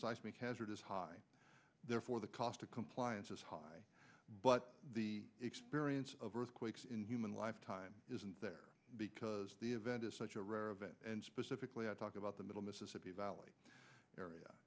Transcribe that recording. seismic hazard is high therefore the cost of compliance is high but the experience of earthquakes in human lifetime isn't there because the event is such a rare event and specifically i talk about the middle mississippi valley area